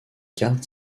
carte